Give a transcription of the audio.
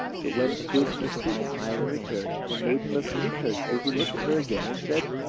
but when she gave him a sweet smile in return, and made him a pretty courtesy, he looked at her again, and said